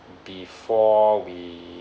before we